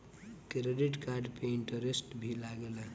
Credit card पे interest भी लागेला?